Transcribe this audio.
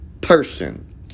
person